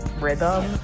rhythm